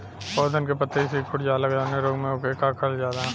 पौधन के पतयी सीकुड़ जाला जवने रोग में वोके का कहल जाला?